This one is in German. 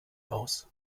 aus